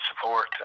support